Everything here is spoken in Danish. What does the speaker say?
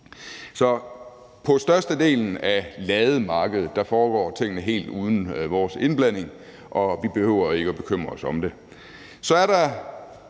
Så på størstedelen af lademarkedet foregår tingene helt uden vores indblanding, og vi behøver ikke at bekymre os om det.